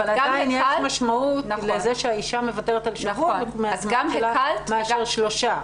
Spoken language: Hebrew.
אבל עדיין יש משמעות לזה שהאישה מוותרת על שבוע מאשר שלושה.